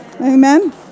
Amen